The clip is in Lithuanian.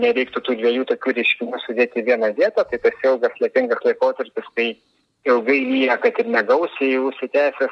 nereiktų tų dviejų tokių reiškinių sudėt į vieną vietą tas ilgas lietingas laikotarpis kai ilgai lyja kad ir negausiai užsitęsęs